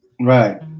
right